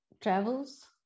travels